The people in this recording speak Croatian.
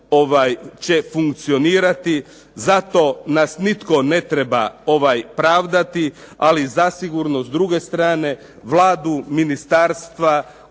će funkcionirati, zato nas nitko ne treba pravdati, ali zasigurno s druge strane, Vladu, ministarstva